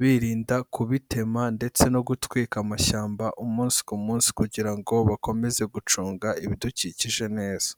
birinda kubitema ndetse no gutwika amashyamba umunsi ku munsi kugira ngo bakomeze gucunga ibidukikije neza.